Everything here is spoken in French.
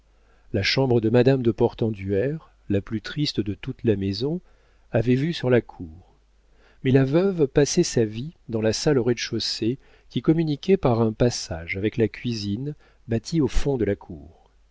la chambre de madame de portenduère la plus triste de toute la maison avait vue sur la cour mais la veuve passait sa vie dans la salle au rez-de-chaussée qui communiquait par un passage avec la cuisine bâtie au fond de la cour